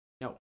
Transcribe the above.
No